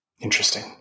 Interesting